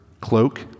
cloak